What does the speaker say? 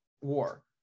war